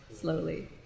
slowly